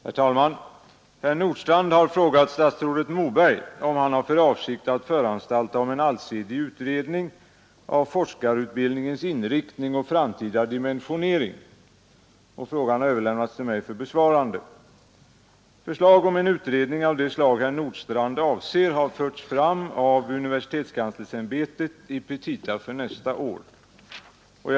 Herr talman! Herr Nordstrandh har frågat statsrådet Moberg om han har för avsikt att föranstalta om en allsidig utredning av forskarutbildningens inriktning och framtida dimensionering. Frågan har överlämnats till mig för besvarande. Förslag om en utredning av det slag herr Nordstrandh avser har förts fram av universitetskanslersämbetet i petita för nästa budgetår.